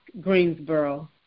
Greensboro